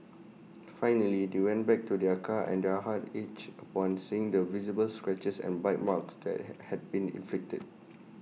finally they went back to their car and their hearts ached upon seeing the visible scratches and bite marks that had had been inflicted